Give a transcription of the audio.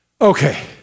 Okay